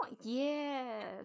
yes